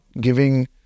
giving